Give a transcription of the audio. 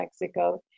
Mexico